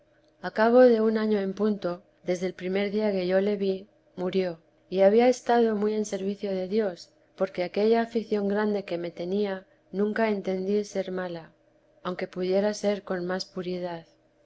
cabo de un año en punto desde el primer día que yo le vi murió y había estado muy en servicio de dios porque aquella afición grande que me tenía nunca entendí ser mala aunque pudiera ser con más puridad